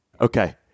Okay